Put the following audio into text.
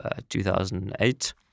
2008